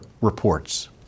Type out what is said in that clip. reports